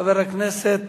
חבר הכנסת